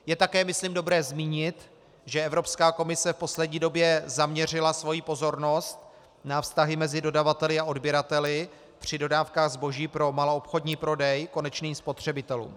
Je také myslím dobré zmínit, že Evropská komise v poslední době zaměřila svoji pozornost na vztahy mezi dodavateli a odběrateli při dodávkách zboží pro maloobchodní prodej konečným spotřebitelům.